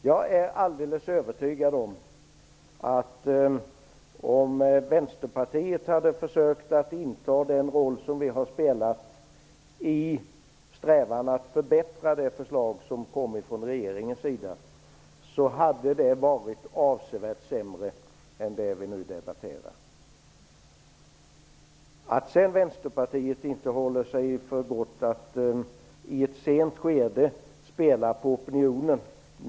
Jag är alldeles övertygad om följande: Om Vänsterpartiet hade försökt att inta den roll som vi har spelat i strävan att förbättra det förslag som kom från regeringens sida, hade förslaget varit avsevärt sämre än det vi nu debatterar. Vi har åstadkommit en plattform, och Vänsterpartiet vill gå ytterligare litet längre.